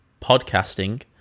podcasting